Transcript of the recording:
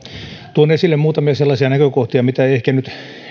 tuon esille muutamia sellaisia näkökohtia mistä ei ehkä nyt